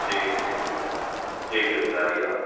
ٹھیک ٹھیک ٹھیک ٹھیک ہے سر آئیے آپ